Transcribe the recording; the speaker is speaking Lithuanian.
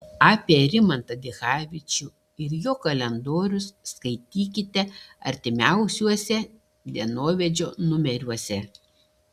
apie rimantą dichavičių ir jo kalendorius skaitykite artimiausiuose dienovidžio numeriuose